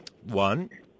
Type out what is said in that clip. One